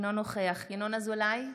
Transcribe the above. אינו נוכח ינון אזולאי,